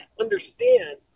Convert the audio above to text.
understand